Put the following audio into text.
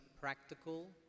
practical